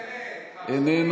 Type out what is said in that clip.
אתה יריב הגון.